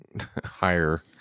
higher